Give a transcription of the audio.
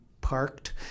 parked